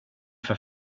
för